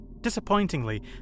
Disappointingly